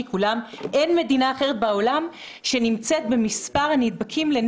אין מדינה אחרת בעולם שנמצאת במספר כל כך גבוה של נדבקים.